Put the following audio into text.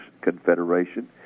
confederation